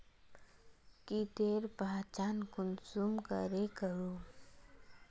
कीटेर पहचान कुंसम करे करूम?